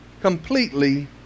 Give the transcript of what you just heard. completely